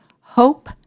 hope